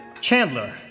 Chandler